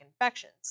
infections